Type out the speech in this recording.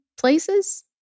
places